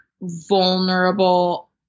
vulnerable